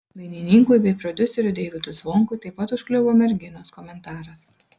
dainininkui bei prodiuseriui deivydui zvonkui taip pat užkliuvo merginos komentaras